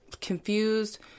confused